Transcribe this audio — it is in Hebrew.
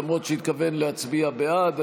למרות שהתכוון להצביע בעד.